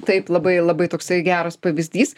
taip labai labai toksai geras pavyzdys